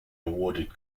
awarded